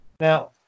Now